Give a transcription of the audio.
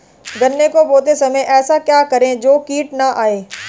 गन्ने को बोते समय ऐसा क्या करें जो कीट न आयें?